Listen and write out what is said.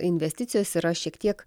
investicijos yra šiek tiek